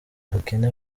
ubukene